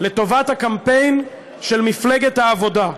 לטובת הקמפיין של מפלגת העבודה.